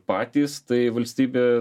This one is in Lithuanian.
patys tai valstybė